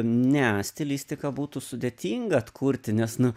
ne stilistiką būtų sudėtinga atkurti nes nu